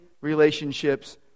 relationships